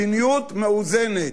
מדיניות מאוזנת.